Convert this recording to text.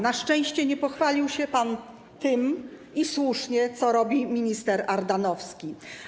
Na szczęście nie pochwalił się pan tym, i słusznie, co robi minister Ardanowski.